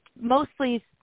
mostly